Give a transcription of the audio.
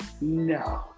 No